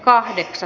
asia